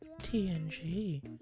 TNG